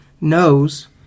knows